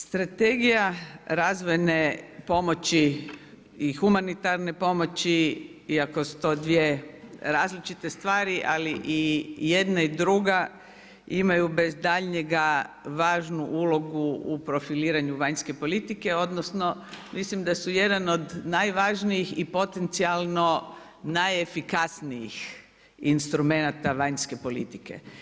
Strategija razvojne pomoći i humanitarne pomoći iako su to dvije različite stvari, ali i jedna i druga imaju bez daljnjega važnu ulogu u profiliranju vanjske politike, odnosno mislim da su jedan od najvažnijih i potencijalno najefikasnijih instrumenata vanjske politike.